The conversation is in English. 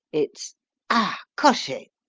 its ah! cocher,